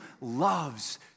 loves